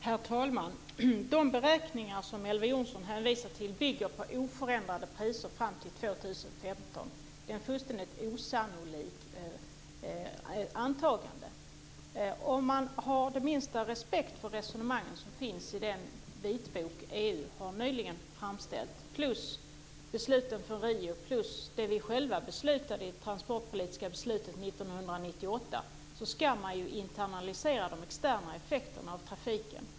Herr talman! De beräkningar som Elver Jonsson hänvisar till bygger på oförändrade priser fram till 2015. Det är ett fullständigt osannolikt antagande. Om man har det minsta respekt för resonemangen som finns i den vitbok som EU nyligen har framställt, plus besluten från Rio och det vi själva beslutade i det transportpolitiska beslutet 1998, ska man ju internalisera de externa effekterna av trafiken.